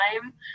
time